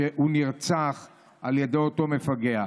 שהוא נרצח על ידי אותו מפגע.